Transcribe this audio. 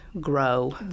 grow